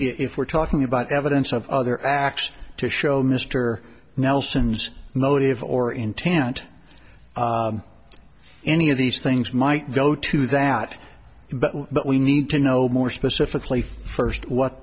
if we're talking about evidence of other actions to show mr nelson's motive or intent any of these things might go to that but but we need to know more specifically first what